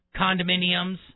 condominiums